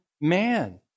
man